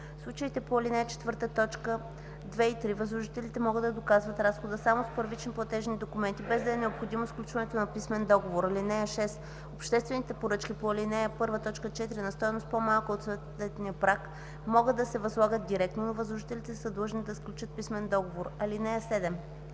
случаите по ал. 4, т. 2 и 3 възложителите могат да доказват разхода само с първични платежни документи, без да е необходимо сключването на писмен договор. (6) Обществените поръчки по ал. 1, т. 4 на стойност по-малка от съответния праг могат да се възлагат директно, но възложителите са длъжни да сключат писмен договор. (7)